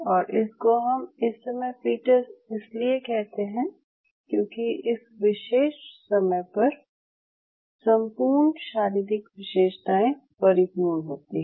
और इसको हम इस समय फ़ीटस इसलिए कहते हैं क्यूंकि इस विशेष समय पर संपूर्ण शारीरिक विशेषताएं परिपूर्ण होती हैं